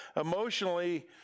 emotionally